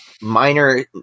minor